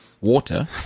water